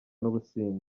n’ubusinzi